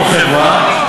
אם חברה,